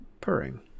purring